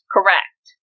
Correct